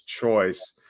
choice